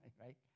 right